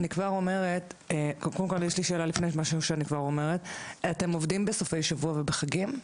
אתם עובדים בסופי שבוע ובחגים?